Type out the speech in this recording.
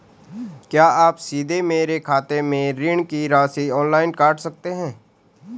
क्या आप सीधे मेरे खाते से ऋण की राशि ऑनलाइन काट सकते हैं?